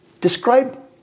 Describe